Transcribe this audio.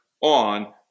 on